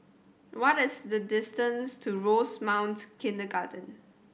what is the distance to Rosemount Kindergarten